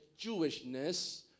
Jewishness